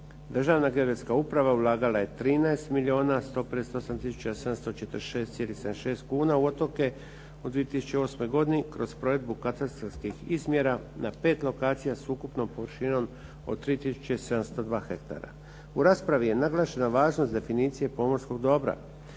Državna geodetska uprava ulagala je 13 milijuna 158 tisuća 746,76 kuna u otoke u 2008. godini kroz provedbu katastarskih izmjera na pet lokacija s ukupnom površinom od 3702 hektara. U raspravi je naglašena važnost definicije pomorskog dobra.